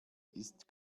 ist